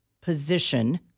position